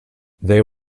they